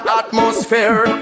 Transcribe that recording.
atmosphere